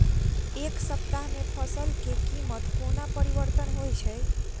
एक सप्ताह मे फसल केँ कीमत कोना परिवर्तन होइ छै?